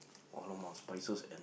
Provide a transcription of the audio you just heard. aroma spices and